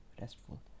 restful